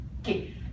Okay